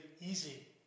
easy